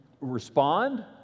respond